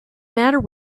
matter